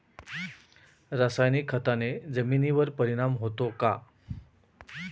रासायनिक खताने जमिनीवर परिणाम होतो का?